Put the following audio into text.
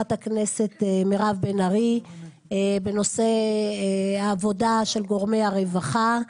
חברת הכנסת מירב בן ארי בנושא העבודה של גורמי הרווחה.